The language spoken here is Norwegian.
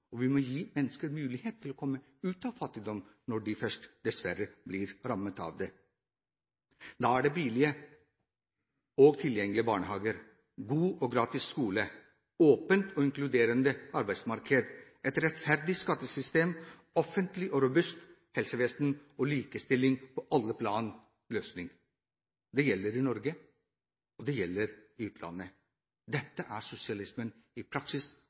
og vi må gi mennesker mulighet til å komme ut av fattigdom når de først dessverre blir rammet av det. Da er billige og tilgjengelige barnehager, god og gratis skole, åpent og inkluderende arbeidsmarked, et rettferdig skattesystem, offentlig og robust helsevesen og likestilling på alle plan løsningen. Det gjelder i Norge, og det gjelder i utlandet. Dette er sosialismen i praksis,